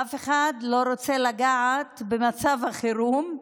ואף אחד לא רוצה לגעת במצב החירום,